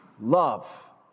Love